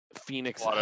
Phoenix